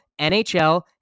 NHL